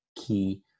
key